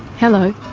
hello,